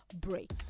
break